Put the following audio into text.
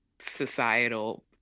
societal